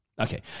Okay